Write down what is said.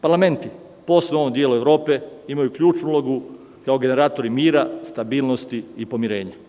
Parlamenti, posebno u ovom delu Evrope imaju ključnu ulogu kao generatori mira, stabilnost i pomirenja.